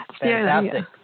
Fantastic